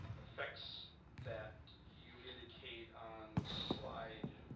effects that you indicate on slide